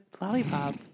lollipop